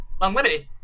Unlimited